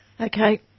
Okay